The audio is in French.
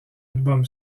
album